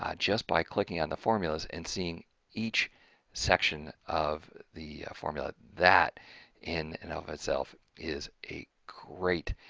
ah just by clicking on the formulas and seeing each section of the formula that in and of itself is a great,